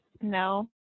No